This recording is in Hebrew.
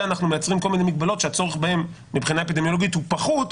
אנחנו מייצרים כל מיני מגבלות שהצורך בהן מבחינה אפידמיולוגית הוא פחות,